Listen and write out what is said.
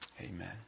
Amen